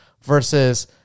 versus